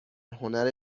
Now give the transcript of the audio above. هنر